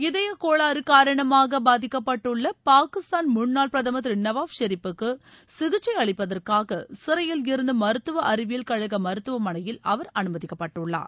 இதய கோளாறு காரணமாக பாதிக்கபட்டுள்ள பாகிஸ்தான் முன்னாள் பிரதம் திரு நவாஸ் ஷெரிப்புக்கு சிகிச்சை அளிப்பதற்காக சிறையில் இருந்து மருத்துவ அறிவியல் கழக மருத்துவமனையில் அவர் அமுமதிக்கப்பட்டுள்ளார்